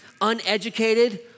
uneducated